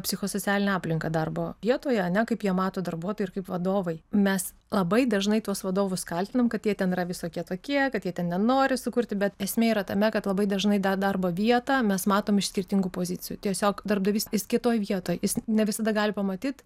psichosocialinę aplinką darbo vietoje ar ne kaip ją mato darbuotojai ir kaip vadovai mes labai dažnai tuos vadovus kaltinam kad jie ten yra visokie tokie kad jie ten nenori sukurti bet esmė yra tame kad labai dažnai tą darbo vietą mes matom iš skirtingų pozicijų tiesiog darbdavys jis kitoj vietoj jis ne visada gali pamatyt